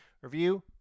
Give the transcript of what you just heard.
review